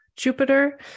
Jupiter